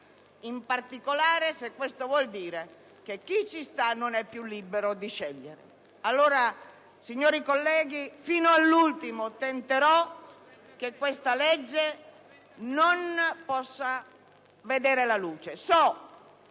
in particolare se questo vuol dire che chi ci sta non è più libero di scegliere. Allora, signori colleghi, fino all'ultimo mi adopererò affinché questa legge non possa vedere la luce.